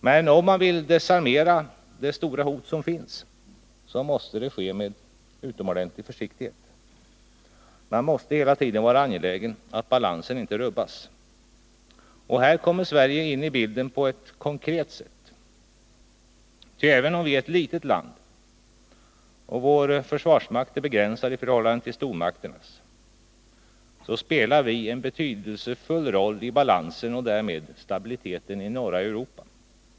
Men om man vill desarmera det stora hot som finns måste det ske med utomordentlig försiktighet. Man måste hela tiden vara angelägen om att balansen inte rubbas. Här kommer Sverige in i bilden på ett konkret sätt. Ty även om Sverige är ett litet land och vår försvarsmakt är begränsad i förhållande till stormakternas, så spelar Sverige en betydande roll i balansen — och därmed när det gäller stabiliteten — i norra Europa.